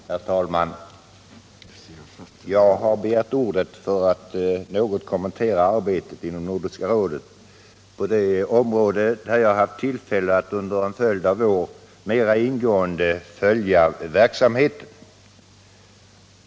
Herr talman! Jag har begärt ordet för att något kommentera arbetet inom Nordiska rådet på det område där jag under en följd av år haft tillfälle att mer ingående följa verksamheten.